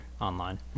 online